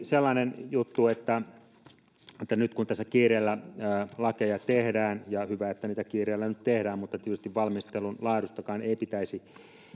sellainen juttu että nyt tässä tehdään lakeja kiireellä ja hyvä että niitä kiireellä nyt tehdään mutta tietysti valmistelun laadustakaan ei pitäisi